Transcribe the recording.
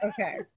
Okay